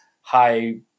high